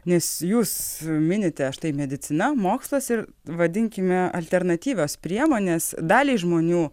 nes jūs minite štai medicina mokslas ir vadinkime alternatyvios priemonės daliai žmonių